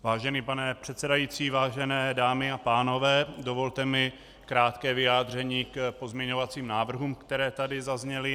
Vážený pane předsedající, vážené dámy a pánové, dovolte mi krátké vyjádření k pozměňovacím návrhům, které tady zazněly.